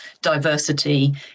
diversity